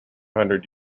hundred